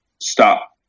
stop